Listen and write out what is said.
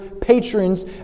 patrons